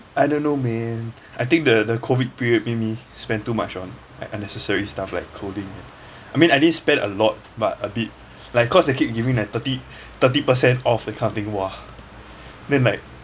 I don't know man I think the the COVID period made me spend too much on unnecessary stuff like clothing I mean I didn't spend a lot but a bit like cause they keep giving thatat thirty thirty percent off that kind of thing !wah! then like